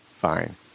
fine